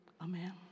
Amen